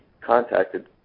contacted